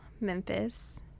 Memphis